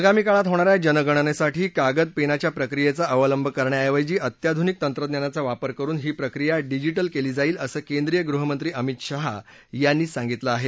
आगामी काळात होणाऱ्या जनगणनेसाठी कागद पेनाच्या प्रक्रियेचा अवलंब करण्याऐवजी अत्याधुनिक तंत्रज्ञानाचा वापर करून ही प्रक्रिया डिजिटल केली जाईल असं केंद्रीय गृहमंत्री अमित शाह यांनी सांगितलं आहे